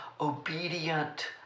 obedient